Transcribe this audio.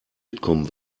mitkommen